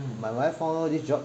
my wife found her this job